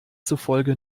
zufolge